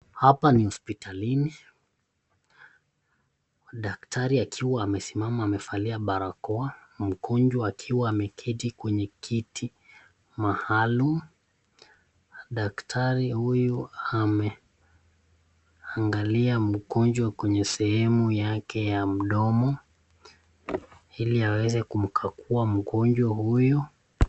Hapa ni hospitalini, daktari akiwa amesimama amevalia barakoa, mgonjwa akiwa ameketi kwenye kiti maalum, daktari huyu ameangalia mgonjwa kwenye sehemu yake ya mdomo, ili aweze kumkagua mgonjwa huyu.